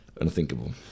unthinkable